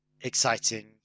exciting